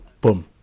boom